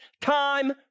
time